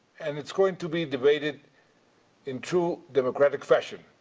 and it's going to be debated in true democratic fashion,